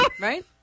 Right